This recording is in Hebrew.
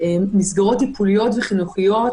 מסגרות טיפוליות וחינוכיות